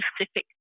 specific